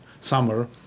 summer